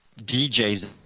DJs